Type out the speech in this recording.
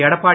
Edappadi